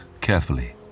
carefully